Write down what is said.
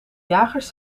jagers